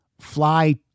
fly